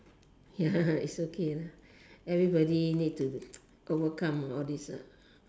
ya it's okay lah everybody need to overcome all this ah